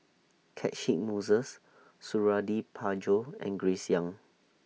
Catchick Moses Suradi Parjo and Grace Young